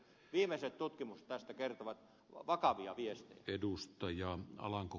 viimeiset tutkimukset tästä kertovat vakavia viestejä